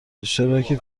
اشتراکی